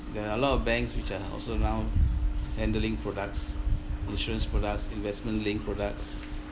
there are a lot of banks which are also now handling products insurance products investment linked products